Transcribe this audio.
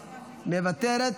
מוותרת,